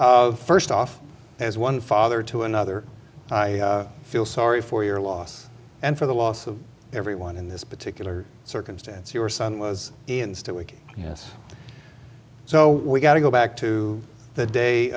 me first off as one father to another i feel sorry for your loss and for the loss of everyone in this particular circumstance your son was in stoic yes so we got to go back to the day